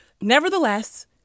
Nevertheless